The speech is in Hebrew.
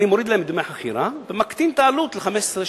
אני מוריד להם את דמי החכירה ומקטין את העלות ל-15 שקל.